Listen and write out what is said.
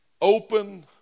open